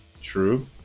True